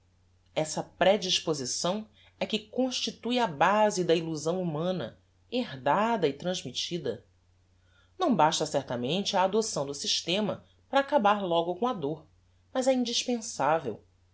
essa predisposição é que constitue a base da illusão humana herdada e transmittida não basta certamente a adopção do systema para acabar logo com a dôr mas é indispensavel